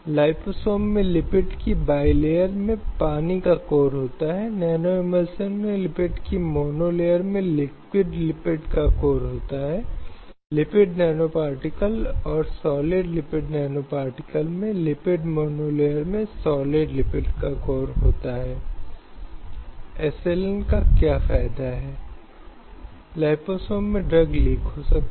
महिलाओं के लिए साक्षरता दर में गिरावट लिंगानुपात में गिरावट फिर भारत में होने वाले सेक्स चयनात्मक गर्भपात फिर महिलाओं के विभिन्न प्रकार के उत्पीड़न चाहे कार्यस्थल पर यौन उत्पीड़न पूर्व संध्या छेड़छाड़ और बलात्कार सहित हिंसा की घटनाएँ जो बार बार हो रही हैं